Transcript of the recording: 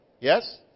Yes